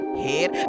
head